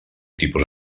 tipus